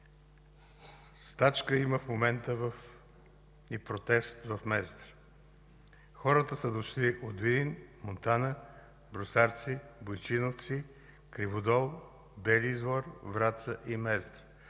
момента има стачка и протест в Мездра. Хората са дошли от Видин, Монтана, Брусарци, Бойчиновци, Криводол, Бели извор, Враца и Мездра.